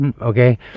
okay